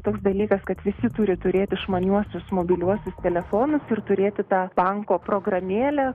toks dalykas kad visi turi turėti išmaniuosius mobiliuosius telefonus ir turėti tą banko programėlę